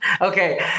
Okay